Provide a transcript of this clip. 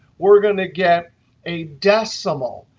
we're going to get a decimal.